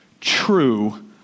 true